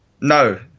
No